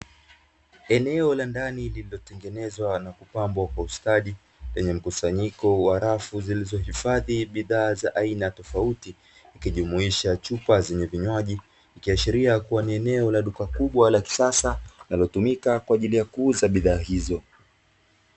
Eneo la ndani lililotengenezwa na kupambwa kwa ustadi, lenye mkusanyiko wa rafu zilizohifadhi bidhaa za aina tofauti, ikijumuisha chupa zenye vinywaji, ikiashiria kuwa ni eneo la duka kubwa la kisasa, linalotumika kwa ajili ya kuuza bidhaa hizo.